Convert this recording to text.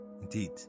Indeed